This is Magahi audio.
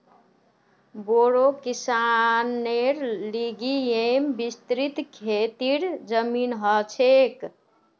बोड़ो किसानेर लिगि येमं विस्तृत खेतीर जमीन ह छे